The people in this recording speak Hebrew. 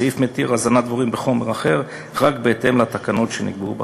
הסעיף מתיר הזנת דבורים בחומר אחר רק בהתאם לתקנות שנקבעו בחוק.